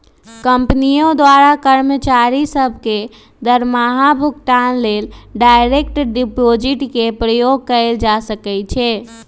कंपनियों द्वारा कर्मचारि सभ के दरमाहा भुगतान लेल डायरेक्ट डिपाजिट के प्रयोग कएल जा सकै छै